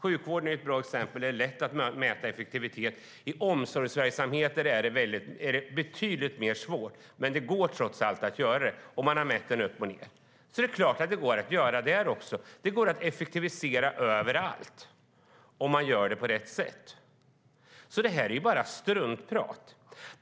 Sjukvården är ett bra exempel. Där är det lätt att mäta effektivitet. I omsorgsverksamheter är det betydligt svårare, men det går trots allt att göra det, och man har mätt den och sett att den går upp och ned. Det är klart att det går att göra där också. Det går att effektivisera överallt om man gör det på rätt sätt. Det här är alltså bara struntprat.